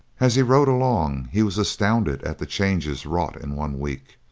as he rode along he was astounded at the changes wrought in one week.